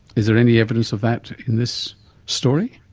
is there any evidence of that in this story?